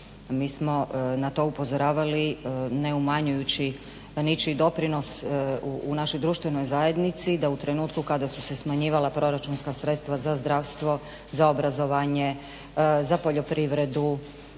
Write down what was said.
Mi smo na to upozoravali ne umanjujući ničiji doprinos u našoj društvenoj zajednici da u trenutku kada su se smanjivala proračunska sredstva za zdravstvo, za obrazovanje, za poljoprivredu,